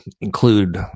include